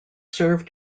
serve